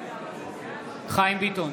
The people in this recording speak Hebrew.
חיים ביטון,